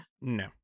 No